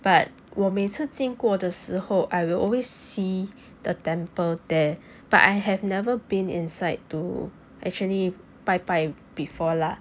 but 我每次经过的时候 I will always see the temple there but I have never been inside to actually 拜拜 before lah